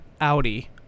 Audi